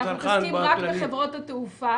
אנחנו מתעסקים רק בחברות התעופה,